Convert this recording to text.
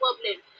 problem